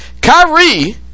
Kyrie